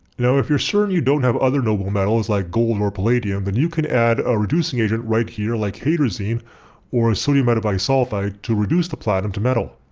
now if you're certain you don't have other noble metals like gold, or palladium then you can add a reducing agent right here like hydrazine or sodium metabisulfite to reduce the platinum into metal.